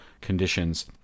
conditions